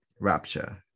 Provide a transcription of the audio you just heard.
Rapture